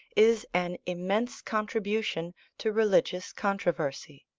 is an immense contribution to religious controversy